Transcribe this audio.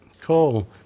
cool